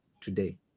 today